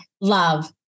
love